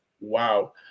wow